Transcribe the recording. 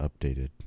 updated